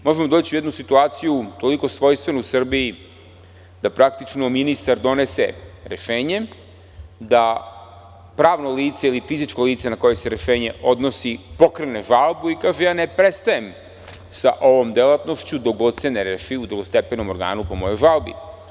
Možemo doći u jednu situaciju, toliko svojstvenu u Srbiji, da praktično ministar donese rešenje, da pravno lice ili fizičko lice na koje se rešenje odnosi pokrene žalbu i kaže ja ne prestajem sa ovom delatnošću dok god se ne reši u drugostepenom organu po mojoj žalbi.